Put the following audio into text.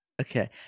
Okay